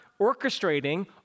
orchestrating